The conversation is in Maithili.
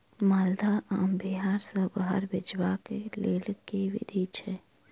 माल्दह आम बिहार सऽ बाहर बेचबाक केँ लेल केँ विधि छैय?